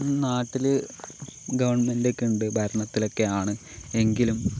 നാട്ടിൽ ഗവൺമെന്റ് ഒക്കെയുണ്ട് ഭരണത്തിലൊക്കെയാണ് എങ്കിലും